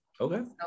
Okay